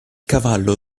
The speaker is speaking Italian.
cavallo